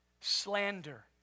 slander